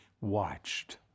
watched